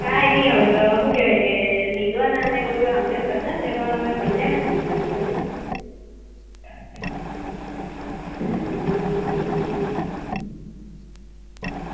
કંઈ નહીં હવે તો શું કહેવાય કે નીંદવાનાને બધું આમ તેમ કરતાં હશે પણ ક્યાં ને હવે શું થતું હશે